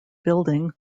building